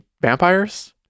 vampires